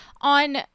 on